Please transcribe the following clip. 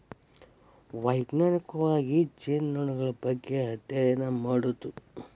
ವೈಜ್ಞಾನಿಕವಾಗಿ ಜೇನುನೊಣಗಳ ಬಗ್ಗೆ ಅದ್ಯಯನ ಮಾಡುದು